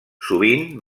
sovint